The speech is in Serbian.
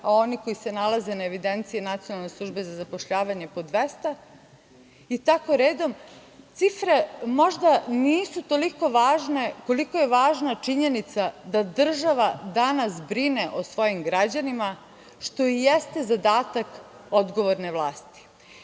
a oni koji se nalaze na evidenciji Nacionalne službe za zapošljavanje po 200 evra i tako redom. Cifre nisu možda toliko važne, koliko je važna činjenica da država danas brine o svojim građanima, što i jeste zadatak odgovorne vlasti.